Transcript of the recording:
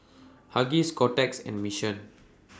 Huggies Kotex and Mission